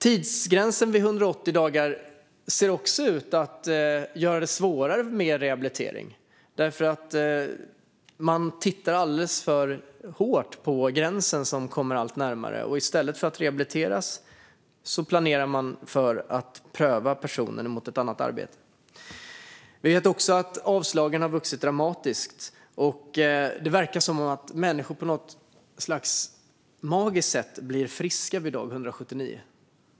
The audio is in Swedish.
Tidsgränsen vid 180 dagar ser vidare ut att göra det svårare för mer rehabilitering. Man tittar alldeles för mycket på den gräns som kommer allt närmare. I stället för att rehabilitera planerar man att pröva personen mot ett annat arbete. Vi vet också att avslagen har ökat dramatiskt. Det verkar som att människor på något magiskt sätt blir friska vid dag 179.